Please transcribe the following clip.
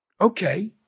Okay